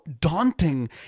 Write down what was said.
daunting